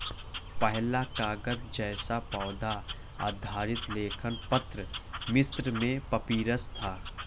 पहला कागज़ जैसा पौधा आधारित लेखन पत्र मिस्र में पपीरस था